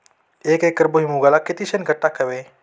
एक एकर भुईमुगाला किती शेणखत टाकावे?